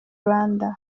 rwanda